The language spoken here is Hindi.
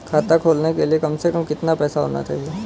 खाता खोलने के लिए कम से कम कितना पैसा होना चाहिए?